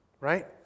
right